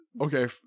okay